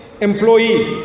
employee